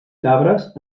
cabres